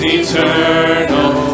eternal